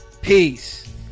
Peace